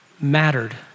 mattered